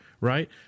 Right